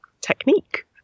technique